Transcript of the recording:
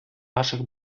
наших